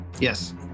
Yes